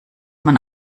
man